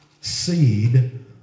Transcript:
seed